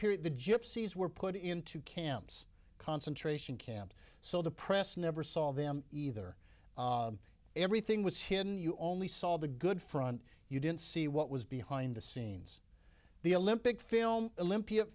period the gypsies were put into camps concentration camps so the press never saw them either everything was hidden you only saw the good front you didn't see what was behind the scenes the olympic film